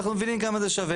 אנחנו מבינים כמה זה שווה.